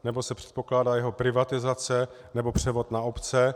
Nebo se předpokládá jeho privatizace nebo převod na obce?